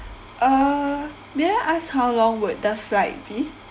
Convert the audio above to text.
uh may I ask how long would the flight be